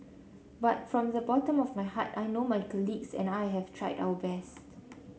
but from the bottom of my heart I know my colleagues and I have tried our best